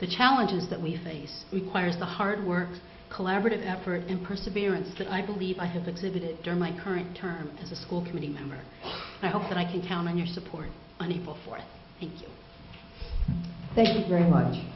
the challenges that we face requires the hard work collaborative effort and perseverance that i believe i have exhibited during my current term as a school committee member i hope that i can count on your support on april fourth thank you very much